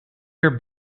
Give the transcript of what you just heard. your